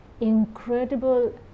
incredible